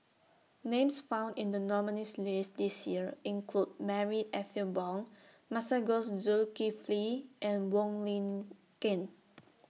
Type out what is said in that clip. Names found in The nominees' list This Year include Marie Ethel Bong Masagos Zulkifli and Wong Lin Ken